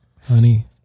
Honey